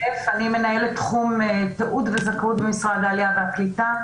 אני מנהלת תחום תעוד וזכאות במשרד העלייה והקליטה.